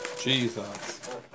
Jesus